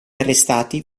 arrestati